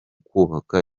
kubaka